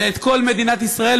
אלא את כל מדינת ישראל,